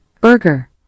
burger